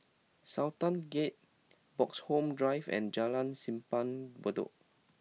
Sultan Gate Bloxhome Drive and Jalan Simpang Bedok